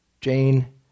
Jane